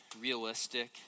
realistic